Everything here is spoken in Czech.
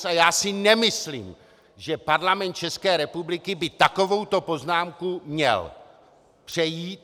A já si nemyslím, že Parlament České republiky by takovouto poznámku měl přejít.